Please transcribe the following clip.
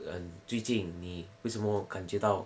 err 最近你为什么感觉到